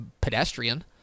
pedestrian